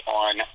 on